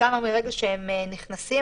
מרגע שהם נכנסים,